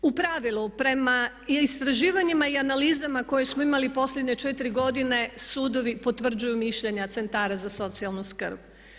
U pravilu prema istraživanjima i analizama koje smo imali u posljednje četiri godine sudovi potvrđuju mišljenja centara za socijalnu skrb.